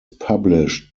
published